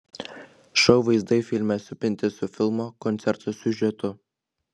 šou vaizdai filme supinti su filmo koncerto siužetu